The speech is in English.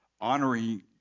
honoring